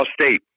State